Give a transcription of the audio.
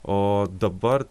o dabar